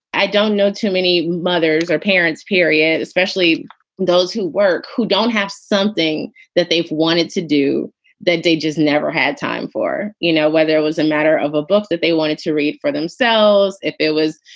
i don't know. too many mothers or parents, period, especially those who work, who don't have something that they've wanted to do that day, just never had time for, you know, where there was a matter of a book that they wanted to read for themselves if it was,